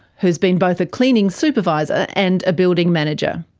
who's been both a cleaning supervisor and a building manager.